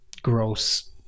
gross